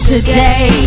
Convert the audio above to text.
Today